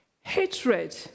hatred